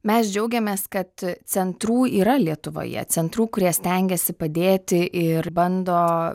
mes džiaugiamės kad centrų yra lietuvoje centrų kurie stengiasi padėti ir bando